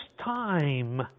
time